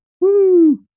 Woo